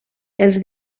els